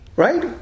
Right